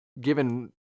given